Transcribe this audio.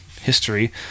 history